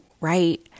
right